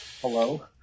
Hello